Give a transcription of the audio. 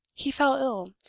he fell ill,